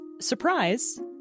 surprise